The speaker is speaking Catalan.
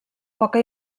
poca